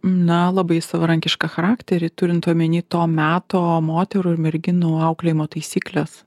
na labai savarankišką charakterį turint omeny to meto moterų ir merginų auklėjimo taisykles